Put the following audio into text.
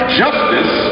justice